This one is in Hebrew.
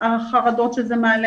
החרדות שזה מעלה